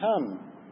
come